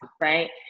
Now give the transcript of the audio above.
right